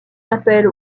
appelle